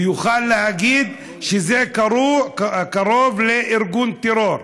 הוא יוכל להגיד שזה קרוב לארגון טרור.